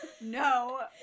No